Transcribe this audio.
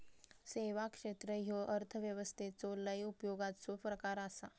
सेवा क्षेत्र ह्यो अर्थव्यवस्थेचो लय उपयोगाचो प्रकार आसा